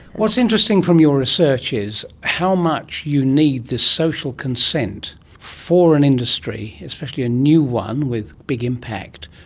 what's interesting from your research is how much you need this social consent for an industry, especially a new one with big impact,